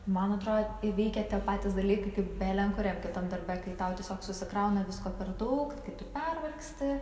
man atrodo veikia tie patys dalykai kaip belen kuriam kitam darbe kai tau tiesiog susikrauna visko per daug kai tu pervargsti